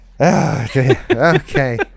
Okay